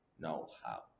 know-how